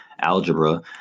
algebra